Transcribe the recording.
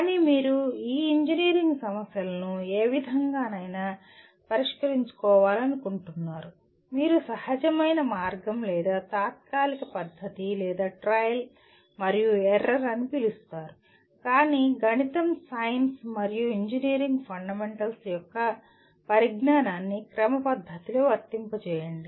కానీ మీరు ఈ ఇంజనీరింగ్ సమస్యలను ఏ విధంగానైనా పరిష్కరించుకోవాలనుకుంటున్నారు మీరు సహజమైన మార్గం లేదా తాత్కాలిక పద్ధతి లేదా ట్రయల్ మరియు ఎర్రర్ అని పిలుస్తారు కాని గణితం సైన్స్ మరియు ఇంజనీరింగ్ ఫండమెంటల్స్ యొక్క పరిజ్ఞానాన్ని క్రమపద్ధతిలో వర్తింపజేయండి